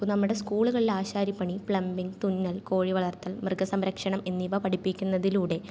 അപ്പം നമ്മുടെ സ്കൂളുകളിൽ ആശാരിപ്പണി പ്ലംബിങ്ങ് തുന്നൽ കോഴി വളർത്തൽ മൃഗ സംരക്ഷണം എന്നിവ പഠിപ്പിക്കുന്നതിലൂടെ